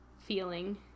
feeling